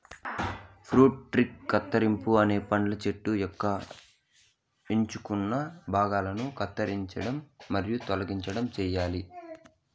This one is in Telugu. ఫ్రూట్ ట్రీ కత్తిరింపు అనేది పండ్ల చెట్టు యొక్క ఎంచుకున్న భాగాలను కత్తిరించడం మరియు తొలగించడం చేయాలి